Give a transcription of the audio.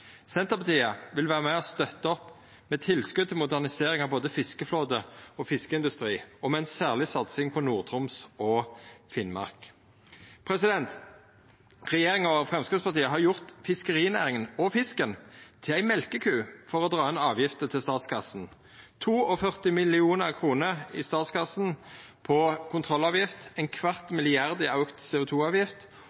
Senterpartiet vil vera med og støtta opp med tilskot til modernisering av både fiskeflåte og fiskeindustri og med ei særleg satsing på Nord-Troms og Finnmark. Regjeringa og Framstegspartiet har gjort fiskerinæringa og fisken til ei mjølkeku for å dra inn avgifter til statskassa – 42 mill. kr til statskassa på kontrollavgift, ein kvart